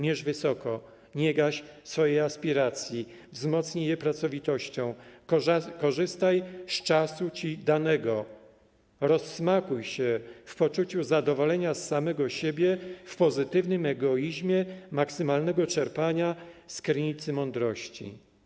Mierz wysoko, nie gaś swoich aspiracji, wzmocnij je pracowitością, korzystaj z czasu ci danego, rozsmakuj się w poczuciu zadowolenia z samego siebie, w pozytywnym egoizmie maksymalnego czerpania z krynicy mądrości.